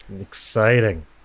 Exciting